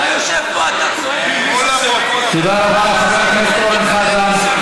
תודה רבה, חבר הכנסת אורן חזן.